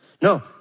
No